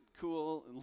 cool